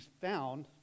found